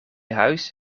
huis